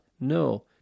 no